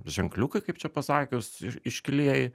ženkliukai kaip čia pasakius iš iškilieji